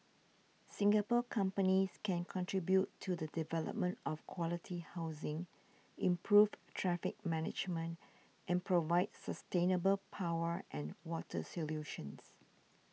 singapore companies can contribute to the development of quality housing improve traffic management and provide sustainable power and water solutions